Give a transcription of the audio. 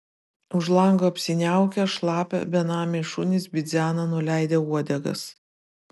už lango apsiniaukę šlapia benamiai šunys bidzena nuleidę uodegas